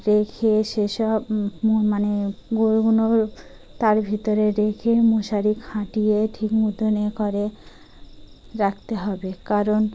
রেখে সেসব মানে তার ভিতরে রেখে মশারি খাটিয়ে ঠিক মতন করে রাখতে হবে কারণ